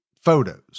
photos